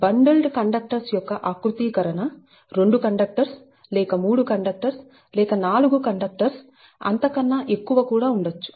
bundled conductors యొక్క ఆకృతీకరణ 2 conductors లేక 3 కండక్టర్స్ లేక 4 కండక్టర్స్ అంత కన్నా ఎక్కువ కూడా ఉండొచ్చు